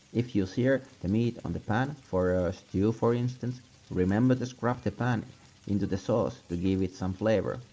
if you sear the meat on the pan for ah stew for instance remember to scrub the pan into the sauce to give it some flavor.